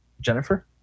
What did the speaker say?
Jennifer